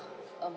um